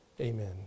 Amen